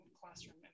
classroom